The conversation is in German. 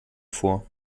vor